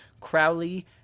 crowley